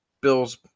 Bill's